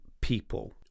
people